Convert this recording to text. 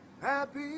happy